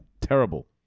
Terrible